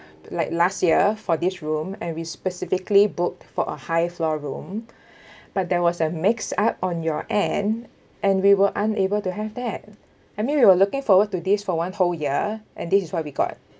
like last year for this room and we specifically booked for a high floor room but there was a mix up on your end and we were unable to have that I mean we were looking forward to this for one whole year and this is what we got